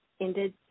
ended